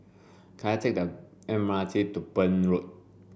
can I take the M R T to Burn Road